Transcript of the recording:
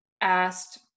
asked